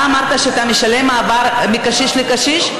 אתה אמרת שאתה משלם מעבר מקשיש לקשיש,